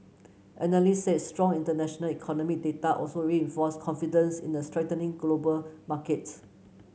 analysts said strong international economic data also reinforced confidence in a strengthening global market